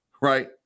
right